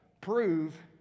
prove